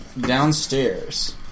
downstairs